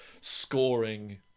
scoring